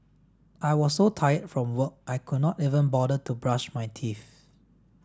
I was so tired from work I could not even bother to brush my teeth